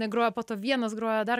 negroja po to vienas groja dar